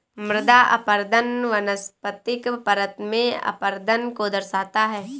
मृदा अपरदन वनस्पतिक परत में अपरदन को दर्शाता है